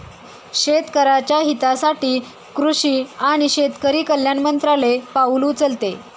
शेतकऱ्याच्या हितासाठी कृषी आणि शेतकरी कल्याण मंत्रालय पाउल उचलते